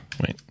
Wait